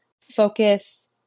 focus